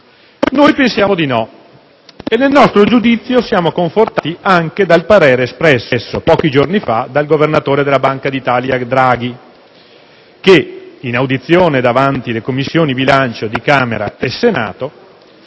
Noi pensiamo di no e, nel nostro giudizio, siamo confortati anche dal parere espresso pochi giorni fa dal governatore della Banca d'Italia Draghi che, in audizione davanti alle Commissioni bilancio di Camera e Senato,